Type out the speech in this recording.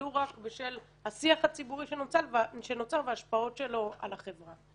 ולו רק בשל השיח הציבורי שנוצר וההשפעות שלו על החברה.